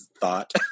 thought